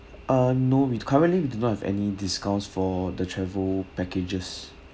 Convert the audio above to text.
ah no we currently we do not have any discounts for the travel packages